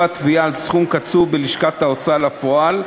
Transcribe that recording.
לביצוע התביעה על סכום קצוב בלשכת ההוצאה לפועל,